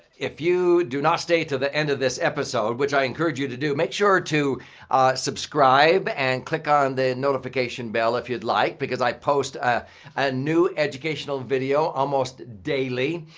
if you do not stay to the end of this episode which i encourage you to do, make sure to subscribe and click on the notification bell if you'd like because i post a a new educational video almost daily.